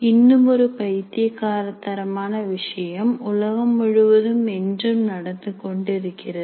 இன்னுமொரு பைத்தியக்காரத்தனமான விஷயம் உலகம் முழுவதும் என்றும் நடந்து கொண்டிருக்கிறது